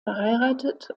verheiratet